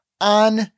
on